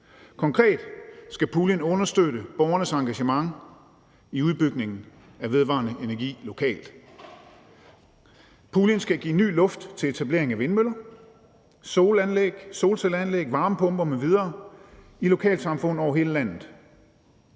Konkret skal puljen understøtte borgernes engagement i udbygningen af vedvarende energi lokalt. Puljen skal give ny luft til etablering af vindmøller, solcelleanlæg, varmepumper m.v. i lokalsamfund over hele landet.